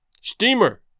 Steamer